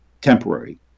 temporary